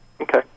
Okay